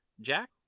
Jack